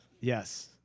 yes